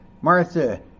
Martha